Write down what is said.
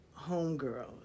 homegirls